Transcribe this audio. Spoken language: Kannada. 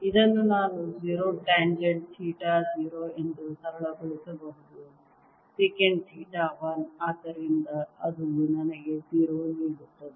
ಇದನ್ನು ನಾನು 0 ಟೆನ್ಜೆಂಟ್ ಥೀಟಾ 0 ಎಂದು ಸರಳಗೊಳಿಸಬಹುದು ಸೆಕೆಂಟ್ ಥೀಟಾ 1 ಆದ್ದರಿಂದ ಅದು ನನಗೆ 0 ನೀಡುತ್ತದೆ